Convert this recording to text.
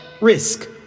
risk